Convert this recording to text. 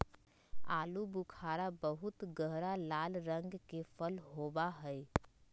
आलू बुखारा बहुत गहरा लाल रंग के फल होबा हई